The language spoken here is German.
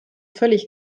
völlig